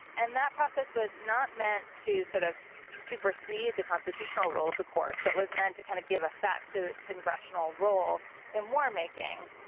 and that process was not meant to sort of supersede the constitutional rules, of course, but was meant to kind of give effect to congressional role in warmaking.